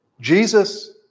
Jesus